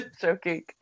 joking